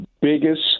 biggest